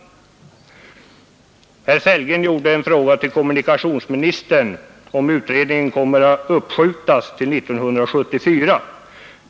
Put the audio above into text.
Herr Sellgren ställde en fråga till kommunikationsministern om utredningen kommer att uppskjutas till 1974.